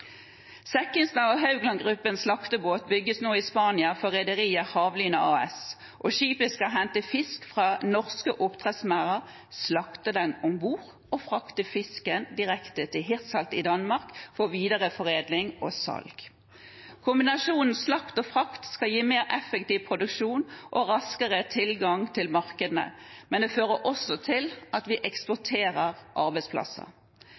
og Haugland Gruppens slaktebåt bygges nå i Spania for rederiet Hav Line AS, og skipet skal hente fisk fra norske oppdrettsmerder, slakte den om bord og frakte fisken direkte til Hirtshals i Danmark for videreforedling og salg. Kombinasjonen slakt og frakt skal gi mer effektiv produksjon og raskere tilgang til markedene, men det fører også til at vi eksporterer arbeidsplasser.